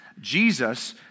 Jesus